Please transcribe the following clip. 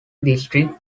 districts